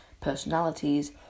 personalities